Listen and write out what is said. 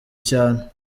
cyane